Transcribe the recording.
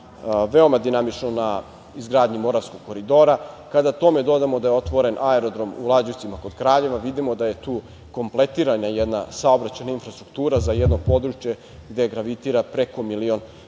veoma dinamično na izgradnji Moravskog koridora. Kada tome dodamo da je otvoren aerodrom u Lađevcima kod Kraljeva, vidimo da je tu kompletirana jedna saobraćajna infrastruktura za jedno područje gde gravitira preko milion građana